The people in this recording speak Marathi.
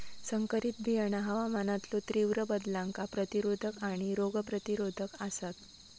संकरित बियाणा हवामानातलो तीव्र बदलांका प्रतिरोधक आणि रोग प्रतिरोधक आसात